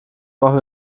machen